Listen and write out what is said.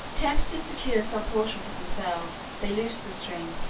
tempted to secure some portion for themselves, they loosed the string,